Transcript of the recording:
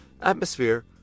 atmosphere